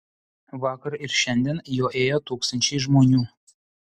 vakar ir šiandien juo ėjo tūkstančiai žmonių